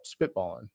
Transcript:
spitballing